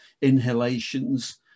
inhalations